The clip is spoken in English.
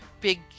big